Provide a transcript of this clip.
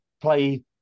play